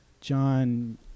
John